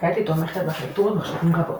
כעת היא תומכת בארכיטקטורות מחשבים רבות.